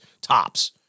tops